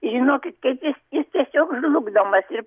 žinokit kaip jis jis tiesiog žlugdomas ir